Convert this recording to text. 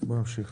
בואו נמשיך.